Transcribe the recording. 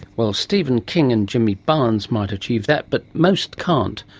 well, stephen king and jimmy barnes might achieve that, but most can't,